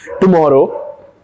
tomorrow